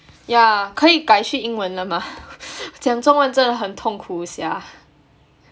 yeah 可以改去英文了吗 讲中文真的很痛苦 sia